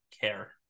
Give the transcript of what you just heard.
care